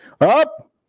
up